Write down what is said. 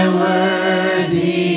worthy